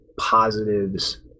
positives